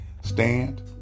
stand